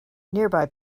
nearby